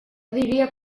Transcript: diria